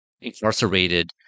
incarcerated